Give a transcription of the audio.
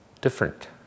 different